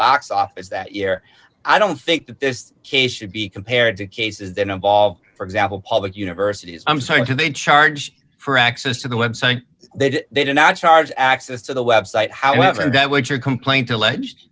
box office that year i don't think that this case should be compared to cases that involve for example public universities i'm saying to they charge for access to the website that they did not charge access to the website however and that was your complaint alleged